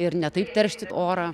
ir ne taip teršti orą